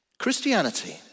Christianity